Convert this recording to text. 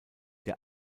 der